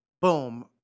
boom